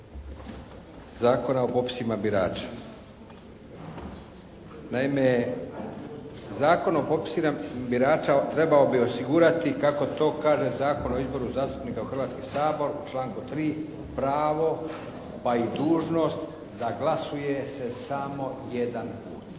Zakona o popisima birača. Naime, Zakon o popisima birača trebao bi osigurati kako to kaže Zakon o izboru zastupnika u Hrvatski sabor u članku 3. pravo pa i dužnost da glasuje se samo jedan put.